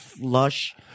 lush